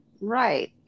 Right